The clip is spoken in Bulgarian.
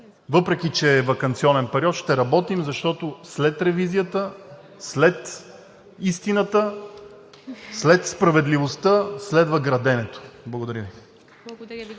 въпреки че е ваканционен период, ще работим, защото след ревизията, след истината, след справедливостта следва граденето. Благодаря Ви.